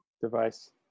device